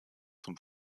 zum